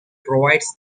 provides